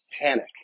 panic